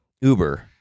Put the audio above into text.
Uber